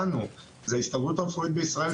ההסתדרות הרפואית בישראל,